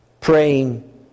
praying